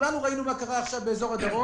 כולנו ראינו מה קרה עכשיו באזור הדרום,